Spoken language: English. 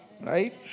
Right